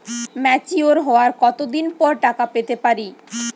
Mature হওয়ার কত দিন পর টাকা পেতে পারি?